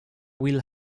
will